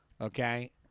Okay